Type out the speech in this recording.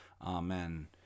Amen